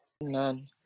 none